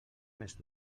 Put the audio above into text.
més